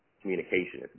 communication